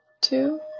Two